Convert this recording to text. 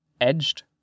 edged